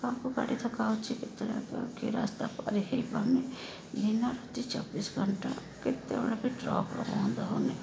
କାହାକୁ ଗାଡ଼ି ଧକା ହଉଛି କେତେବେଳେ କିଏ ରାସ୍ତା ପାର ହେଇ ପାରୁନି ଦିନରାତି ଚବିଶ ଘଣ୍ଟା କେତେବେଳେ ବି ଟ୍ରକର ବନ୍ଦ ହଉନି